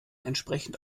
entsprechend